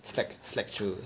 slack slack through